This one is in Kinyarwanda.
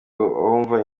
abumva